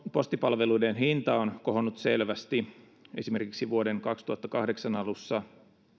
postipalveluiden hinta on kohonnut selvästi esimerkiksi vuoden kaksituhattakahdeksan alussa